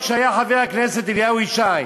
כשהיה חבר הכנסת אליהו ישי,